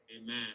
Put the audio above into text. Amen